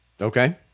Okay